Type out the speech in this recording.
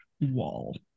wall